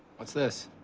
what's this?